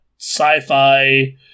sci-fi